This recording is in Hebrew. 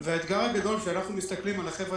והאתגר הגדול כשאנחנו מסתכלים על החבר'ה